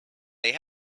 they